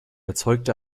erzeugte